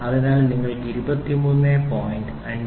അതിനാൽ നിങ്ങൾക്ക് 23